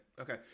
Okay